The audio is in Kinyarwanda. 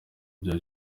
bya